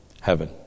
Heaven